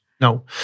No